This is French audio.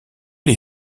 les